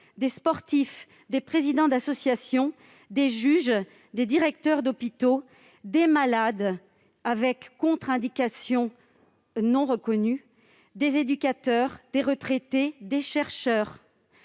des sportifs, des présidents d'association, des juges, des directeurs d'hôpitaux, des malades avec contre-indications non reconnues, des éducateurs, des retraités, des chercheurs,